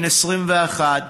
בן 21,